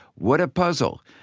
what a puzzle!